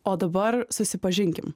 o dabar susipažinkim